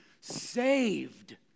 Saved